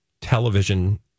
television